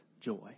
joy